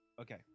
Okay